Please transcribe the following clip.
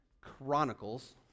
Chronicles